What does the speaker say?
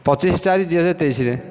ପଚିଶ ଚାରି ଦି ହଜାର ତେଇଶରେ